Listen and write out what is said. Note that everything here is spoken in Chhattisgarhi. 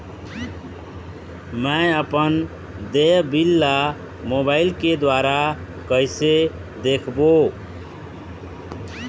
मैं अपन देय बिल ला मोबाइल के द्वारा कइसे देखबों?